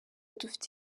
dufite